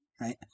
right